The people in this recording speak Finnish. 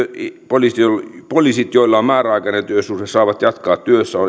lisämäärärahat ne poliisit joilla on määräaikainen työsuhde saavat jatkaa työssä on